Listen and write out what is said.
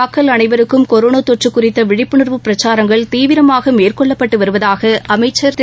மக்கள் அனைவருக்கும் கொரோனா தொற்று குறித்த விழிப்புணா்வு பிரச்சாரங்கள் தீவிரமாக மேற்கொள்ளப்பட்டு வருவதாக அமைச்சர் திரு